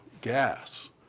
gas